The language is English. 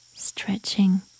stretching